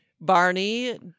Barney